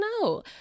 no